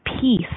peace